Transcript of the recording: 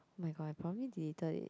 my God I probably deleted it